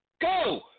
Go